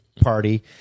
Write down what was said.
party